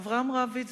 אברהם רביץ,